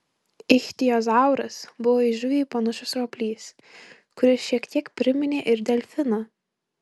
ichtiozauras buvo į žuvį panašus roplys kuris šiek tiek priminė ir delfiną